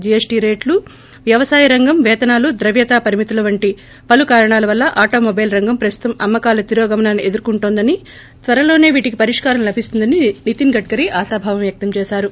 GST రేట్లు వ్యవసాయ రంగం పేతనాలు ద్రవ్యత పరిమితులు వంటి పలు కారణాల వల్ల ఆటోమొబైల్ రంగం ప్రస్తుతం అమ్మకాల తిరోగమనాన్ని ఎదుర్కొంటోందని త్వరలోసే వీటికి పరిష్కారం లభిస్తుందని నితిస్ గడ్కరీ ఆశాభావం వ్యక్తంచేశారు